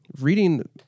reading